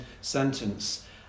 sentence